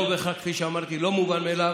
כפי שאמרתי, זה לא מובן מאליו.